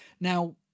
Now